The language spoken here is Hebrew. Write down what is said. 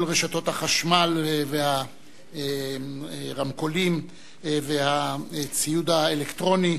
רשתות החשמל והרמקולים והציוד האלקטרוני